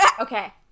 okay